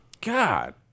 God